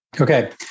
Okay